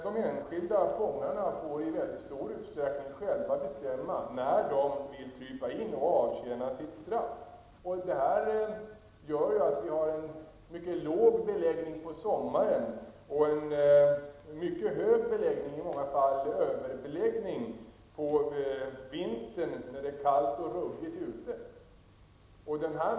De enskilda fångarna får i väldigt stor utsträckning själva bestämma när de vill krypa in och avtjäna sitt straff. Det gör att vi har en mycket låg beläggning på sommaren och en mycket hög beläggning, i många fall överbeläggning, på vintern när det är kallt och ruggigt ute.